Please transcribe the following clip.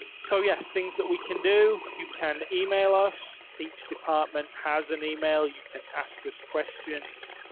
so yeah, things that we can do, you can email us each department has an email, you can ask us questions.